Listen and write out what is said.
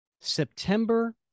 September